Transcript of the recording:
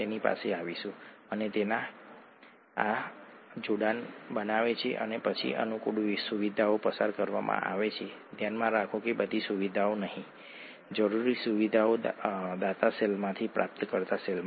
તો ચાલો આપણે આપણી પ્રારંભિક વાર્તા પર પાછા આવીએ અને ત્યાં જ સમાપ્ત થઈએ